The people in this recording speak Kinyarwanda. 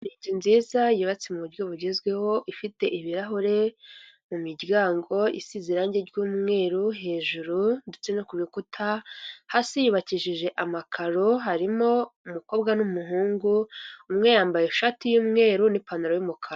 Inzu nziza yubatse mu buryo bugezweho ifite ibirahure mu miryango isize irangi ry'umweru hejuru ndetse no kukuta, hasi yubakishije amakaro harimo umukobwa n'umuhungu umwe yambaye ishati y'umweru n'ipantaro y'umukara.